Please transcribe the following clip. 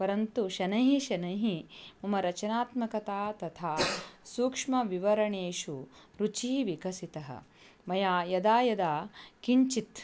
परन्तु शनैः शनैः मम रचनात्मकता तथा सूक्ष्मविवरणेषु रुचिः विकसिता मया यदा यदा किञ्चित्